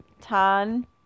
Tan